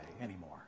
anymore